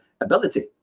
ability